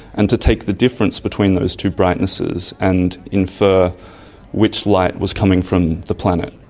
and to take the difference between those two brightnesses and infer which light was coming from the planet.